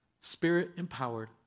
spirit-empowered